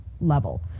level